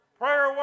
Prayer